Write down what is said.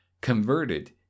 converted